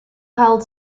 held